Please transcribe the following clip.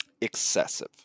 excessive